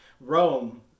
rome